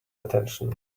attention